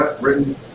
written